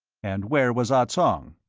and where was ah tsong?